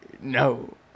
No